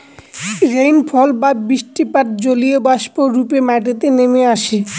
rainfall বা বৃষ্টিপাত জলীয়বাষ্প রূপে মাটিতে নেমে আসে